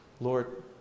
Lord